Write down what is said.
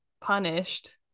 punished